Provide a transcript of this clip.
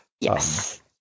Yes